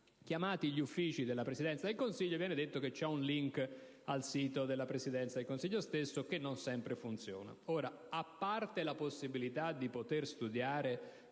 Contattando gli uffici della Presidenza del Consiglio si apprende che c'è un *link* al sito della Presidenza del Consiglio stessa, che però non sempre funziona.